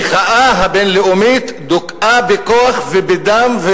המחאה הבין-לאומית דוכאה בכוח ובדם,